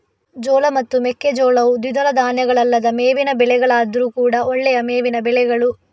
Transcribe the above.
ಜೋಳ ಮತ್ತು ಮೆಕ್ಕೆಜೋಳವು ದ್ವಿದಳ ಧಾನ್ಯಗಳಲ್ಲದ ಮೇವಿನ ಬೆಳೆಗಳಾದ್ರೂ ಕೂಡಾ ಒಳ್ಳೆಯ ಮೇವಿನ ಬೆಳೆಗಳು